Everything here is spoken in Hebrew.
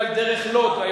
אם אינני טועה, על דרך-לוד.